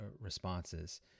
responses